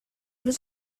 was